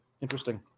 Interesting